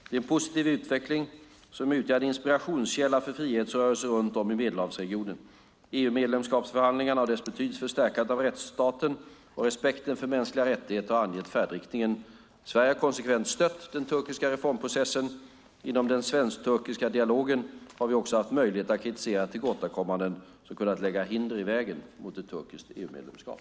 Det är en positiv utveckling som utgör en inspirationskälla för frihetsrörelser runt om i Medelhavsregionen. EU-medlemskapsförhandlingarna och deras betydelse för stärkandet av rättsstaten och respekten för mänskliga rättigheter har angett färdriktningen. Sverige har konsekvent stöttat den turkiska reformprocessen. Inom den svensk-turkiska dialogen har vi också haft möjlighet att kritisera tillkortakommanden som kunnat lägga hinder i vägen för ett turkiskt EU-medlemskap.